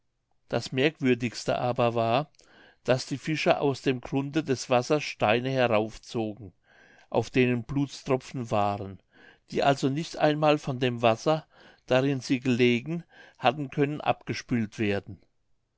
das merkwürdigste aber war daß die fischer aus dem grunde des wassers steine heraufzogen auf denen blutstropfen waren die also nicht einmal von dem wasser darin sie gelegen hatten können abgespült werden